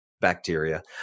bacteria